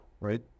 right